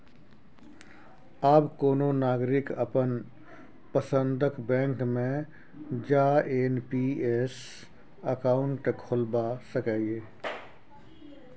आब कोनो नागरिक अपन पसंदक बैंक मे जा एन.पी.एस अकाउंट खोलबा सकैए